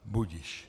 Budiž.